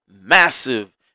massive